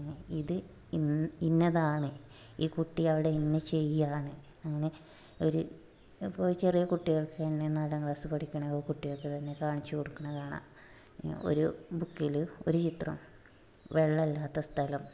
ഇത് ഇ ഇന്നതാണ് ഈ കുട്ടിയവിടെ ഇന്ന ചെയ്യാണ് അങ്ങനെ ഒരു ഇപ്പോൾ ചെറിയ കുട്ടികൾക്ക് തന്നെ നാലാം ക്ലാസ് പഠിക്കണ കുട്ടികൾക്ക് തന്നെ കാണിച്ച് കൊടുക്കണ കാണാം ഒരു ബുക്കിൽ ഒരു ചിത്രം വെള്ളമില്ലാത്ത സ്ഥലം